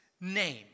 name